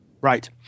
Right